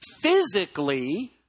Physically